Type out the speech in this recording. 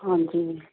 ਹਾਂਜੀ